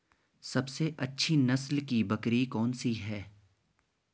सबसे अच्छी नस्ल की बकरी कौन सी है?